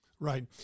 Right